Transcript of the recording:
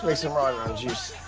like some ron-ron juice.